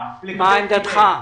מה עמדתך.